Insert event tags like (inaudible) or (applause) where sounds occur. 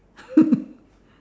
(laughs)